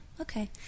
okay